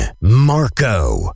Marco